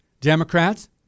democrats